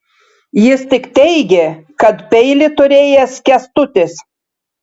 jis tik teigė kad peilį turėjęs kęstutis